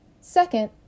second